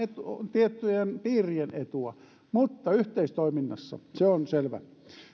tiettyjen piirien etuja mutta yhteistoiminnassa se on selvä